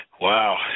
Wow